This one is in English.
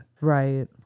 right